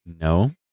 No